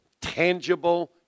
tangible